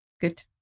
good